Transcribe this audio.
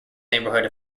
neighborhood